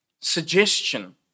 suggestion